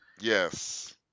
yes